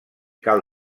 cal